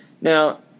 Now